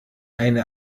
eine